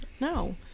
no